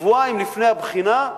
שבועיים לפני הבחינה,